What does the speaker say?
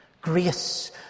grace